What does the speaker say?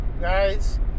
guys